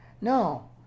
No